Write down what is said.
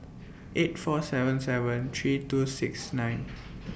eight four seven seven three two six nine